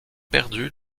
perdue